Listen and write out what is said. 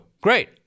Great